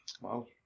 Wow